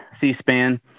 C-SPAN